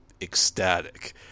ecstatic